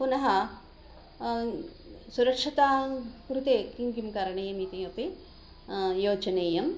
पुनः सुरक्षता कृते किं किं करणीयम् इति अपि योचनीयं